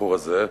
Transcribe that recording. הבחור הזה,